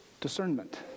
discernment